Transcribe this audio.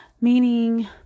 Meaning